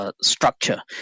structure